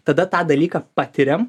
tada tą dalyką patiriam